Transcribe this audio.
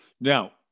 Now